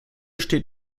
steht